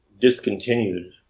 discontinued